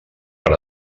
per